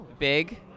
big